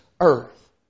earth